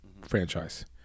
franchise